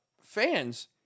fans